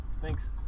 Thanks